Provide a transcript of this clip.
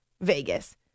Vegas